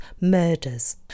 murders